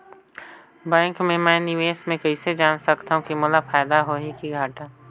Bank मे मैं निवेश मे कइसे जान सकथव कि मोला फायदा होही कि घाटा?